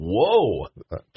Whoa